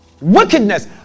Wickedness